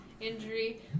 injury